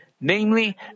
Namely